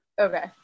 Okay